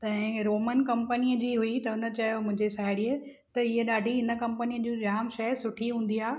त ऐं इहे रोमन कंपनीअ जी हुई त हुन चयो मुंहिंजी साहेड़ीअ त इहा ॾाढी हिन कंपनी जूं जाम शइ सुठी हूंदी आहे